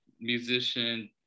musician